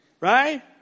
Right